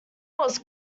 was